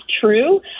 true